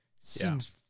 seems